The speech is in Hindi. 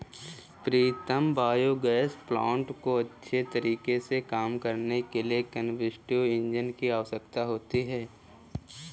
प्रीतम बायोगैस प्लांट को अच्छे तरीके से काम करने के लिए कंबस्टिव इंजन की आवश्यकता होती है